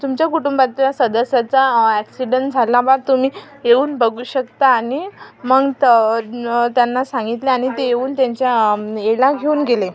तुमच्या कुटुंबातल्या सदस्याचा ॲक्सीडन झाला बा तुम्ही येऊन बघू शकता आणि मग त त्यांना सांगितले आणि ते येऊन त्यांच्या ह्याला घेऊन गेले